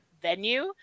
venue